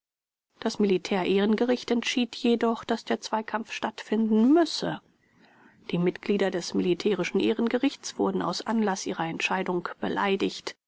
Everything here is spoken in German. das militär ehrengericht entschied jedoch daß der zweikampf stattfinden müsse die mitglieder des militärischen ehrengerichts wurden aus anlaß ihrer entscheidung beleidigt